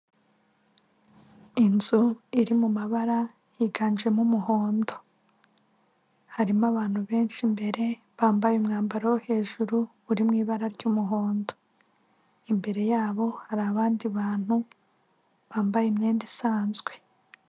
Inzu iri mu mabara yiganjemo umuhondo, harimo abantu benshi mbere bambaye umwambaro wo hejuru uri mu ibara ry'umuhondo, imbere yabo hari abandi bantu bambaye imyenda isanzwe.